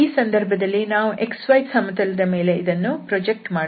ಈ ಸಂದರ್ಭದಲ್ಲಿ ನಾವು xy ಸಮತಲದ ಮೇಲೆ ಇದನ್ನು ಪ್ರೊಜೆಕ್ಟ್ ಮಾಡುತ್ತೇವೆ